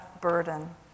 burden